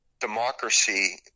democracy